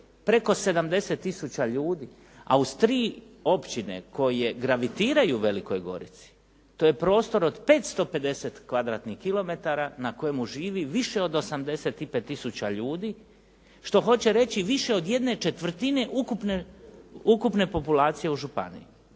preko 70 tisuća ljudi a uz tri općine koje gravitiraju Velikoj Gorici to je prostor od 550 kvadratnih kilometara na kojemu živi više od 85 tisuća ljudi što hoće reći više od jedne četvrtine ukupne populacije u županiji.